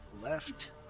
left